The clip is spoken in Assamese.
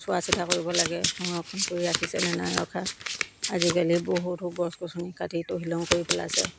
চোৱা চিতা কৰিব লাগে সংৰক্ষণ কৰি ৰাখিছে নে নাই ৰখা আজিকালি বহুতো গছ গছনি কাটি তহিলং কৰি পেলাইছে